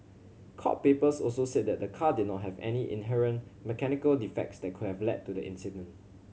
court papers also said that the car did not have any inherent mechanical defects that could have led to the accident